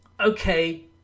Okay